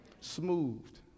Smoothed